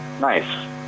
nice